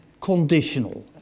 conditional